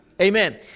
Amen